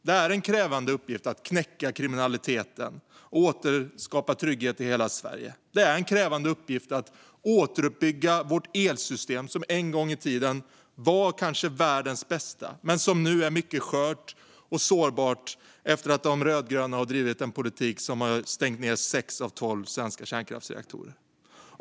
Det är en krävande uppgift att knäcka kriminaliteten och åter skapa trygghet i hela landet. Det är en krävande uppgift att återuppbygga vårt elsystem, som en gång var kanske världens bästa men som nu är mycket skört och sårbart efter att de rödgröna med sin politik har stängt ned sex av tolv svenska kärnkraftsreaktorer.